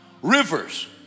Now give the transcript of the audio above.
Rivers